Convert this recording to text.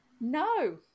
No